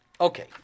Okay